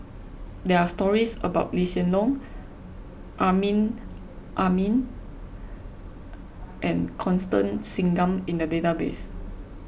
there are stories about Lee Hsien Loong Amrin Amin and Constance Singam in the database